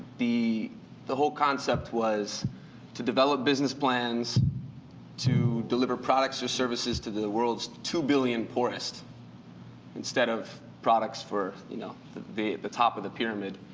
the the whole concept was to develop business plans to deliver products or services to the world's two billion poorest instead of products for you know the the top of the pyramid,